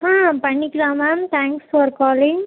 ஆ பண்ணிக்கலாம் ma'am thanks for calling